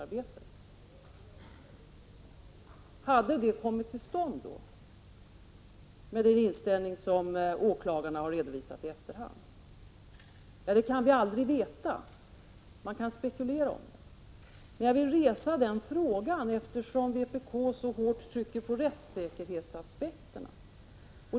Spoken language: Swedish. Hade tillslaget då kommit till stånd, med tanke på den inställning som åklagarna har redovisat? Detta kan vi aldrig veta. Vi kan spekulera om saken, men jag vill ändå ställa frågan, eftersom vpk så hårt trycker på rättssäkerhetsaspekterna.